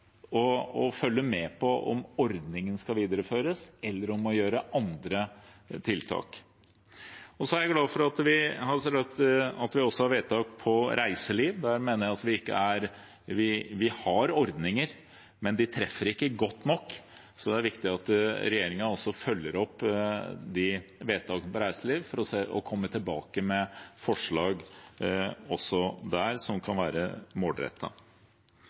og da må vi se på hvordan vi kan ivareta dem på best mulig måte. Vi må følge med på om ordningen skal videreføres, eller om vi må gjøre andre tiltak. Jeg er glad for at vi også har et vedtak for reiselivet. Der mener jeg vi har ordninger, men de treffer ikke godt nok. Det er viktig at regjeringen følger opp de vedtakene for reiselivet og kommer tilbake med forslag, som kan være